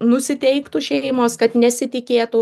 nusiteiktų šeimos kad nesitikėtų